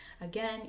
Again